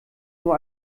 nur